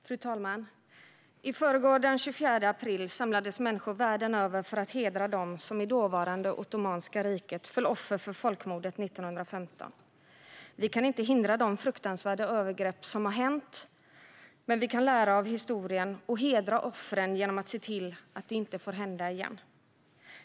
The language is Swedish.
Fru talman! I förrgår, den 24 april, samlades människor världen över för att hedra dem som i dåvarande Ottomanska riket föll offer för folkmordet 1915. Vi kan inte hindra de fruktansvärda övergrepp som har skett, men vi kan lära av historien och hedra offren genom att se till att det inte händer igen.